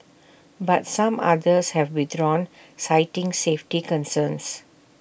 but some others have withdrawn citing safety concerns